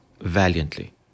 valiantly